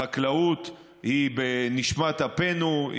החקלאות היא בנשמת אפנו,